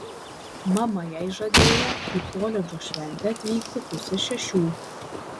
mama jai žadėjo į koledžo šventę atvykti pusę šešių